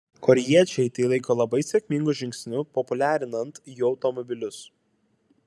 korėjiečiai tai laiko labai sėkmingu žingsniu populiarinant jų automobilius